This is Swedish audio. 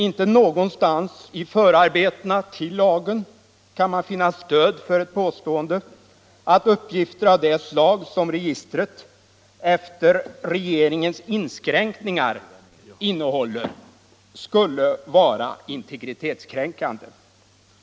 Inte någonstans i förarbetena till lagen kan man finna stöd för ett påstående att uppgifter av detta slag som registret, efter regeringens inskränkningar, innehåller skulle vara integritetskränkande.